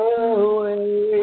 away